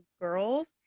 girls